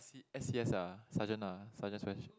C s_c_s ah sergeant ah sergeant